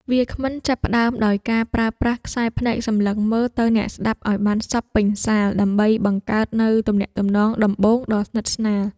វាគ្មិនចាប់ផ្ដើមដោយការប្រើប្រាស់ខ្សែភ្នែកសម្លឹងមើលទៅអ្នកស្ដាប់ឱ្យបានសព្វពេញសាល ដើម្បីបង្កើតនូវទំនាក់ទំនងដំបូងដ៏ស្និទ្ធស្នាល។